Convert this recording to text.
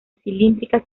cilíndrica